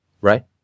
Right